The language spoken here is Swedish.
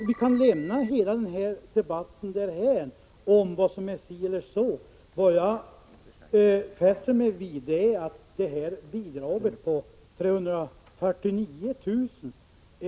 Vi kan väl lämna den här debatten därhän om vad som är si eller så. Vad jag fäster mig vid är att bidraget på 349 000 kr.